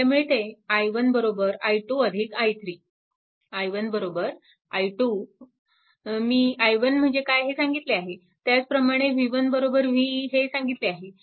आपल्याला मिळते i1 i 2 i3 i1 i2 मी i1 म्हणजे काय हे सांगितले आहे त्याचप्रमाणे v1 v हेही सांगितले आहे